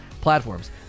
platforms